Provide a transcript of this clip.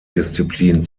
disziplin